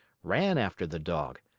ran after the dog,